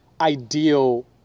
ideal